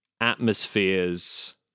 atmospheres